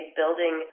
building